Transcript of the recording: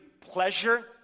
pleasure